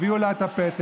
הביאו לה את הפתק,